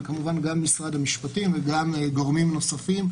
אלא כמובן גם משרד המשפטים וגם גורמים נוספים.